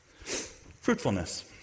Fruitfulness